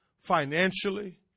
financially